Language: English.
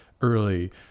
early